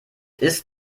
ist